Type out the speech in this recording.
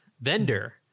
Vendor